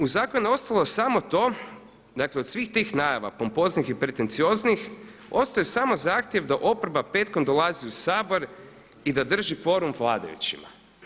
U zakonu je ostalo još samo to, dakle od svih tih najava pompoznih i pretencioznih, ostao je samo zahtjev da oporba petkom dolazi u Sabor i da drži kvorum vladajućima.